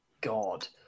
god